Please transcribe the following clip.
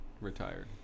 retired